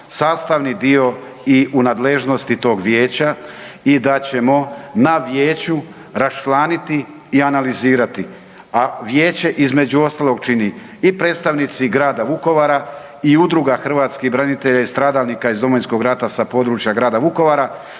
sastavni dio i u nadležnosti tog vijeća i da ćemo na vijeću raščlaniti i analizirati, a vijeće između ostalog čini i predstavnici grada Vukovara i Udruga hrvatskih branitelja i stradalnika iz Domovinskog rata sa područja grada Vukovara